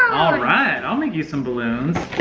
and alright, i'll make you some balloons.